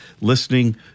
Listening